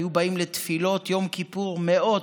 היו באים לתפילות יום כיפור מאות,